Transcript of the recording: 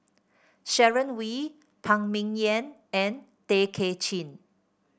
Sharon Wee Phan Ming Yen and Tay Kay Chin